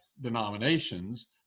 denominations